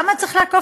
גפני?